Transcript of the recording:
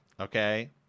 Okay